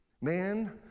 Man